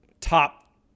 top